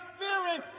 fearing